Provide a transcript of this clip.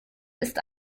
ist